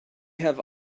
have